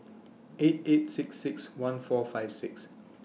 eight eight six six one four five six